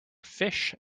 fish